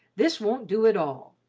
this won't do at all.